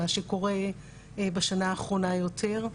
מה שקורה בשנה האחרונה יותר.